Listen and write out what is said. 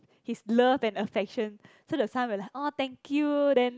his love and affection so the son will like orh thank you then